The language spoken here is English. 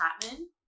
Chapman